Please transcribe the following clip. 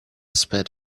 sped